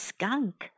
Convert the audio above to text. Skunk